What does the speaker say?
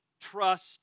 trust